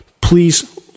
Please